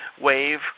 wave